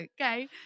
okay